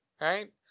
Right